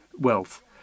wealth